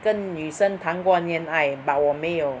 跟女生谈过恋爱 but 我没有